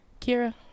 Kira